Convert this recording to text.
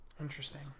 Interesting